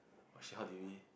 oh shit how do we